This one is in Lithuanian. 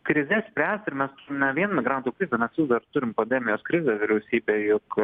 krizes spręs ir mes ne vien migrantų krizę mes vis dar turim pandemijos krizę vyriausybė juk